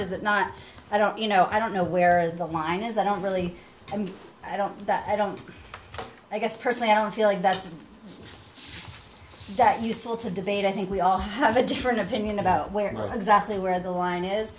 does it not i don't you know i don't know where the line is i don't really and i don't that i don't i guess personally i don't feel like that's that useful to debate i think we all have a different opinion about where exactly where the line is